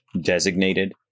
designated